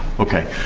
okay.